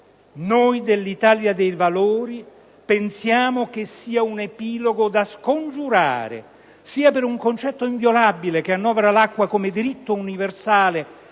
Noi dell'Italia dei Valori pensiamo che sia un epilogo da scongiurare, sia per un concetto inviolabile che annovera l'acqua come diritto universale